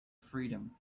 freedom